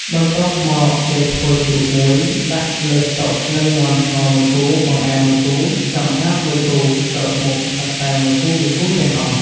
បន្ទាប់មកគេធ្វើជ្រូក១ ដាក់លើស្តុក និងមាន់ស្ងោរ ១គូ បង្អែម ១គូ ចម្អាប ១គូ គ្រប់មុខសុទ្ធតែមួយគូៗទាំងអស់ ។